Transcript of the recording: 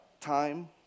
time